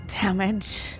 damage